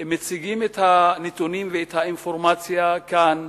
מציגים את הנתונים ואת האינפורמציה כאן